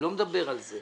אני לא מדבר על זה.